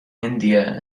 india